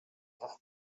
just